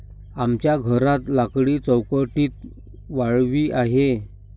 आमच्या घरात लाकडी चौकटीत वाळवी आहे